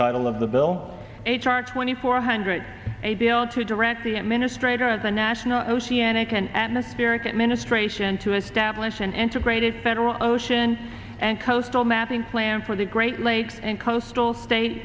title of the bill h r twenty four hundred a bill to direct the administrator of the national oceanic and atmospheric administration to establish an integrated federal ocean and coastal mapping plan for the great lakes and coastal state